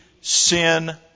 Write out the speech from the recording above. sin